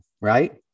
Right